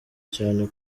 cyane